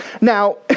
Now